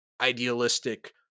idealistic